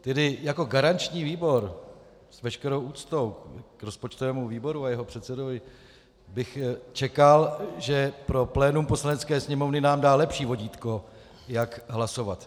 Tedy jako garanční výbor, s veškerou úctou k rozpočtovému výboru a jeho předsedovi, bych čekal, že pro plénum Poslanecké sněmovny nám dá lepší vodítko, jak hlasovat.